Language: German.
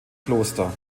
kloster